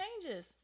changes